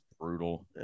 brutal